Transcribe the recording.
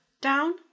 down